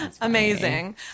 Amazing